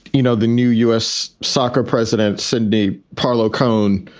you know, the new u s. soccer president, cindy parlow cone,